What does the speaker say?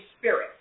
Spirit